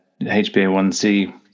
HbA1c